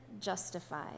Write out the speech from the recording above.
justified